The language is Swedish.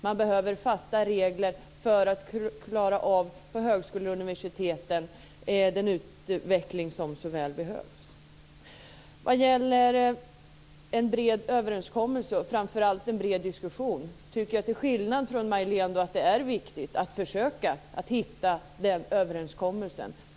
Man behöver fasta regler för att på högskolorna och universiteten klara av den utveckling som så väl behövs. Vad gäller en bred överenskommelse, och framför allt en bred diskussion, tycker jag till skillnad från Majléne Westerlund Panke att det är viktigt att försöka hitta den överenskommelsen.